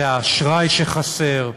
זה האשראי שחסר,